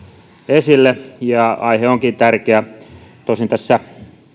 esille ja aihe onkin tärkeä tosin tässä